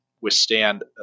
withstand